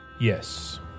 Yes